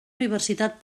universitat